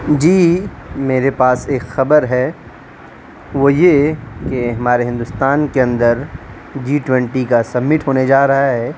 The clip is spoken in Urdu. جی میرے پاس ایک خبر ہے وہ یہ کہ ہمارے ہندوستان کے اندر جی ٹوینٹی کا سمٹ ہونے جا رہا ہے